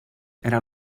era